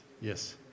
yes